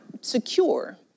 secure